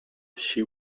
she